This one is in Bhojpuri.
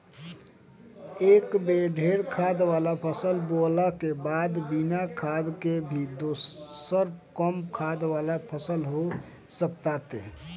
एक बेर ढेर खाद वाला फसल बोअला के बाद बिना खाद के भी दोसर कम खाद वाला फसल हो सकताटे